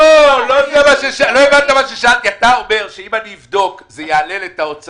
אתה אומר שאם אני אבדוק זה יעלה את ההוצאה.